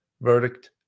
verdict